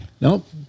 Nope